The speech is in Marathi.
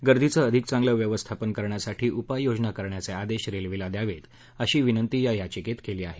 गर्दीचं अधिक चांगल व्यवस्थापन करण्यासाठी उपाययोजना करण्याचे आदेश रेल्वेला द्यावेत अशी विनंती या याचिकेत केली आहे